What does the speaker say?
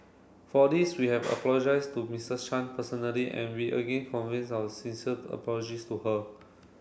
for this we have apologised to Mister Chan personally and we again our sincere apologies to her